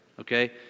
okay